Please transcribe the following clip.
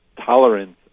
Tolerance